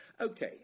Okay